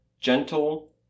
gentle